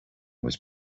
was